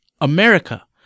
America